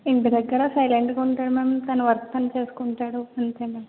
ఇంటి దగ్గర సైలెంట్గా ఉంటాడు మ్యామ్ తన వర్క్ తను చేసుకుంటాడు అంతే మ్యామ్